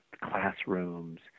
classrooms